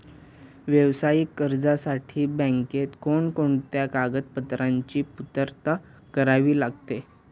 व्यावसायिक कर्जासाठी बँकेत कोणकोणत्या कागदपत्रांची पूर्तता करावी लागते?